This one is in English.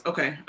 Okay